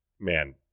man